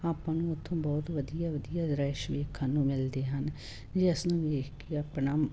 ਆਪਾਂ ਨੂੰ ਉਥੋਂ ਬਹੁਤ ਵਧੀਆ ਵਧੀਆ ਦ੍ਰਿਸ਼ ਵੇਖਣ ਨੂੰ ਮਿਲਦੇ ਹਨ ਜਿਸ ਨੂੰ ਵੇਖ ਕੇ ਆਪਣਾ